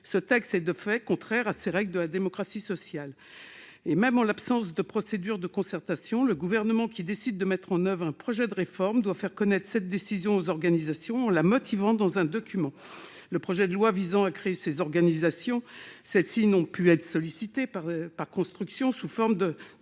Ce texte est de fait contraire à ces règles de la démocratie sociale. Même en l'absence de procédures de concertation, le Gouvernement, lorsqu'il décide de mettre en oeuvre un projet de réforme, doit faire connaître cette décision aux organisations en la motivant dans un document. Le projet de loi visant à créer ces organisations, celles-ci n'ont pu être sollicitées, par construction, ni être mises